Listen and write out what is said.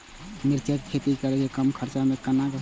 मिरचाय के खेती करे में कम खर्चा में केना होते?